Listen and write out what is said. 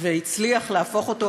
והצליח להפוך אותו,